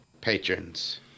patrons